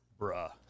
bruh